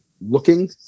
looking